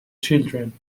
children